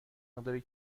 مقداری